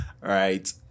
right